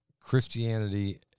Christianity